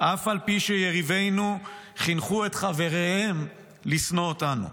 אף על פי שיריבינו חינכו את חבריהם לשנוא אותנו.